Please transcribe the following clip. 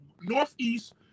Northeast